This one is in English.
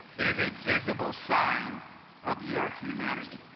it is a visible sign of your humanity